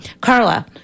Carla